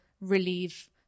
relieve